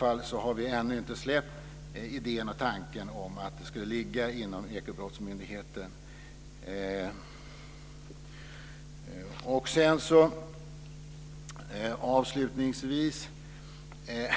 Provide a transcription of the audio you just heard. Vi har ännu inte släppt tanken att det skulle ligga inom Ekobrottsmyndigheten. Avslutningsvis vill